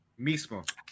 Mismo